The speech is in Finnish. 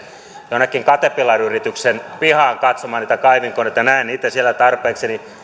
jonnekin katepillariyrityksen pihaan katsomaan niitä kaivinkoneita ja näen niitä siellä tarpeekseni